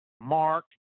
mark